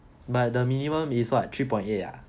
but the minimum is what three point eight ah